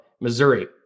Missouri